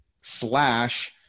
slash